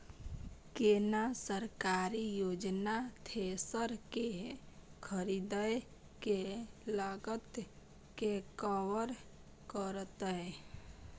केना सरकारी योजना थ्रेसर के खरीदय के लागत के कवर करतय?